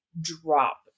drop